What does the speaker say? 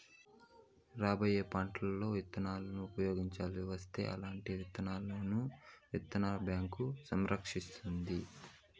రాబోయే పంటలలో ఇత్తనాలను ఉపయోగించవలసి వస్తే అల్లాంటి విత్తనాలను విత్తన బ్యాంకు సంరక్షిస్తాది